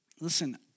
Listen